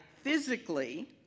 physically